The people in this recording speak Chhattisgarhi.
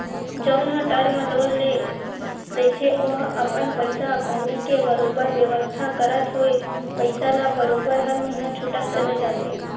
जउन ह टर्म लोन ले रहिथे ओहा अपन पइसा कउड़ी के बरोबर बेवस्था करत होय पइसा ल बरोबर हर महिना छूटत चले जाथे